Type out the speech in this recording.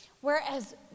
whereas